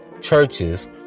churches